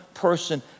person